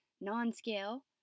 non-scale